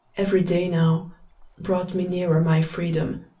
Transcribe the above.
every day now brought me nearer my freedom,